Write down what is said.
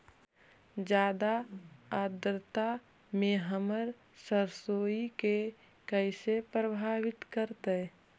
जादा आद्रता में हमर सरसोईय के कैसे प्रभावित करतई?